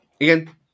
again